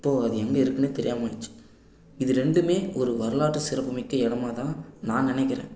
இப்போது அது எங்கே இருக்குதுனே தெரியாமல் ஆயிடுச்சி இது ரெண்டுமே ஒரு வரலாற்று சிறப்புமிக்க இடமாக தான் நான் நினைக்கிறேன்